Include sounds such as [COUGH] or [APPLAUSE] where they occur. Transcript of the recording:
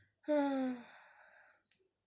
[NOISE]